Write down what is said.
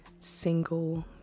single